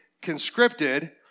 conscripted